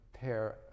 pair